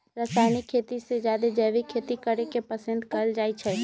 रासायनिक खेती से जादे जैविक खेती करे के पसंद कएल जाई छई